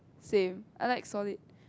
same I like solid